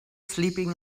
sleeping